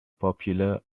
popular